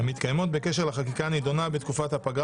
המתקיימות בקשר לחקיקה הנדונה בתקופת הפגרה